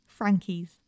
Frankies